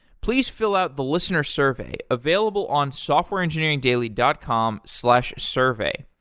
please fill out the listeners' survey available on softwareengineeringdaily dot com slash survey.